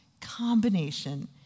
combination